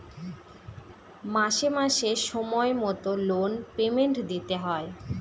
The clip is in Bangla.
মাসে মাসে সময় মতো লোন পেমেন্ট দিতে হয়